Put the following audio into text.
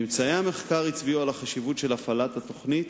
ממצאי המחקר הצביעו על החשיבות של הפעלת התוכנית